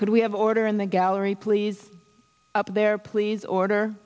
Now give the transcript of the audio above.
could we have order in the gallery please up there please order